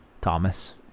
thomas